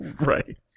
right